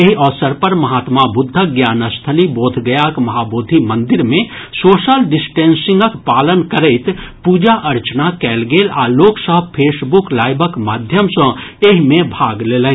एहि अवसर पर महात्मा बुद्धक ज्ञानस्थली बोधगयाक महाबोधि मंदिर मे सोशल डिस्टेंसिंगक पालन करैत पूजा अर्चना कयल गेल आ लोक सभ फेसबुक लाईवक माध्यम सँ एहि मे भाग लेलनि